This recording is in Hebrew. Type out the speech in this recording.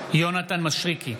יונתן מישרקי,